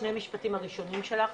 שני המשפטים הראשונים שלך,